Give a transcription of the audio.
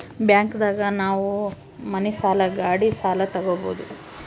bank ದಾಗ ನಾವ್ ಮನಿ ಸಾಲ ಗಾಡಿ ಸಾಲ ತಗೊಬೋದು